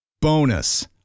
Bonus